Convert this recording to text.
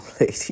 lady